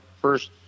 first